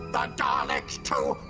but daleks too